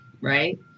right